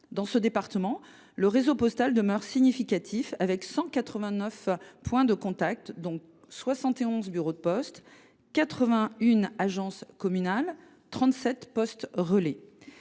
Dans ce département, le réseau postal demeure significatif avec 189 points de contact, dont 71 bureaux de poste, 81 agences postales communales